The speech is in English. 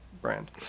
brand